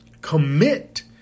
commit